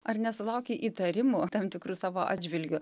ar nesulauki įtarimų tam tikrų savo atžvilgiu